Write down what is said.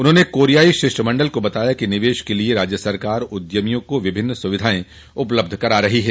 उन्होंने कोरियाई शिष्टमंडल को बताया कि निवेश के लिये राज्य सरकार उद्यमियों को विभिन्न सुविधाएं उपलब्ध करा रही है